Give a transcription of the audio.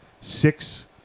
six